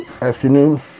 afternoon